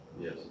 yes